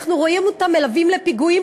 אנחנו רואים אותם מלווים לפיגועים,